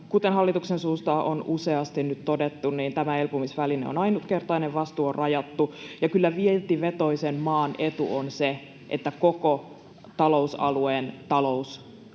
Kuten hallituksen suusta on useasti nyt todettu, tämä elpymisväline on ainutkertainen ja vastuu on rajattu, ja kyllä vientivetoisen maan etu on, että koko talousalueen talous